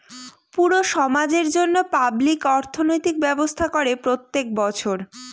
পুরো সমাজের জন্য পাবলিক অর্থনৈতিক ব্যবস্থা করে প্রত্যেক বছর